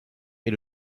est